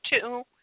two